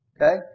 Okay